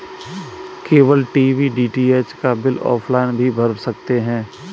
cable TV DTH का bill offline भी भर सकते हैं